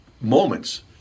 moments